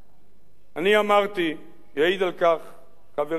אני אמרתי, יעיד על כך חברי היושב-ראש,